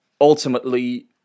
Ultimately